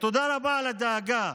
ותודה רבה על הדאגה.